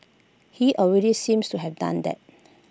he already seems to have done that